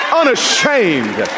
unashamed